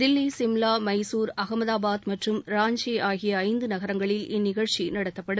தில்லி சிம்லா மைசூர் அகமதாபாத் மற்றும் ராஞ்சி ஆகிய இந்து நகரங்களில்இந்நிகழ்ச்சி நடத்தப்படும்